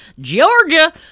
Georgia